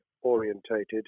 orientated